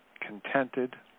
contented